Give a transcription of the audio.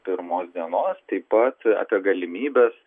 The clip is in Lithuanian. pirmos dienos taip pat apie galimybes